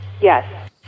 Yes